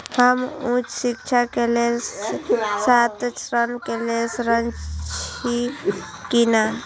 हम उच्च शिक्षा के लेल छात्र ऋण के लेल ऋण छी की ने?